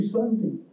Sunday